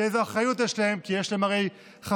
איזו אחריות יש להם, כי יש להם הרי חסינות.